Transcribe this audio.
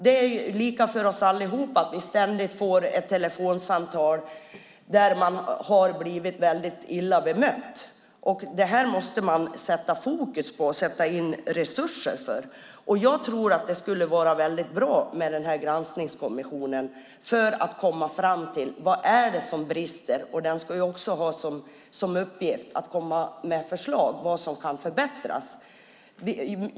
Det är lika för oss alla; vi får ständigt telefonsamtal från personer som har blivit illa bemötta. Detta måste vi sätta fokus på och sätta in resurser för. Jag tror att det skulle vara bra med en granskningskommission för att komma fram till vad det är som brister. Den ska också ha som uppgift att komma med förslag om vad som kan förbättras.